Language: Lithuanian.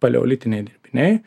paleolitiniai dirbiniai